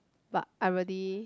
but I really